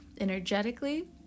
energetically